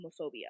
homophobia